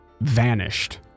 vanished